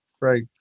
right